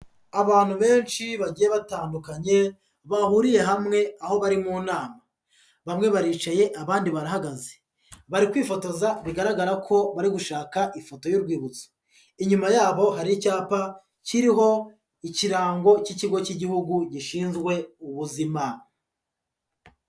Abantu benshi bagiye batandukanye bahuriye hamwe aho bari mu nama. Bamwe baricaye abandi barahagaze. Bari kwifotoza bigaragara ko bari gushaka ifoto y'urwibutso. Inyuma yabo hari icyapa kiriho ikirango cy'Ikigo cy'Igihugu gishinzwe Ubuzima.